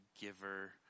giver